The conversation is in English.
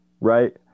right